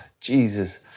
Jesus